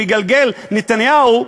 שמגלגל נתניהו,